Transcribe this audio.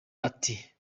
ati